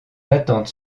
attentes